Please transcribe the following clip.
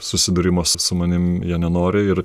susidūrimas su manim jie nenoriai ir